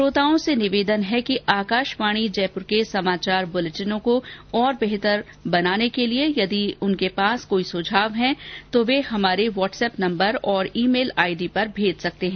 श्रोताओं से निवेदन है कि आकाशवाणी जयपुर के समाचार बुलेटिनों को और बेहतर बनाने के लिए यदि उनके पास कोई सुझाव हैं तो वे हमारे वॉट्सएप नम्बर और ई मेल आईडी पर भेज सकते हैं